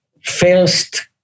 first